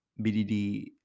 BDD